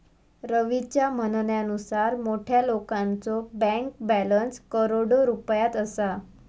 रवीच्या म्हणण्यानुसार मोठ्या लोकांचो बँक बॅलन्स करोडो रुपयात असा